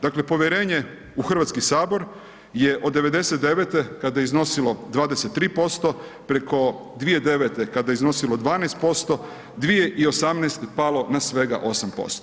Dakle, povjerenje u Hrvatski sabor, je od '99. kada je iznosilo 23% preko 2009. kada je iznosilo 12%, 2018. palo na svega8%